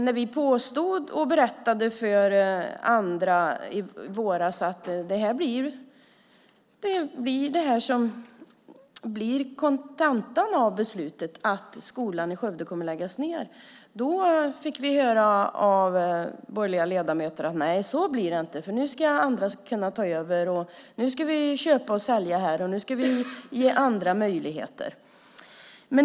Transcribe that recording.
När vi i våras berättade att kontentan av beslutet blir att skolan i Skövde kommer att läggas ned fick vi av borgerliga ledamöter höra att det inte blir så, att andra ska kunna ta över, att vi ska köpa och sälja och ge andra möjligheter.